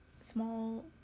small